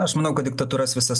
aš manau kad diktatūras visas